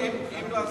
אדוני, אם להסיר,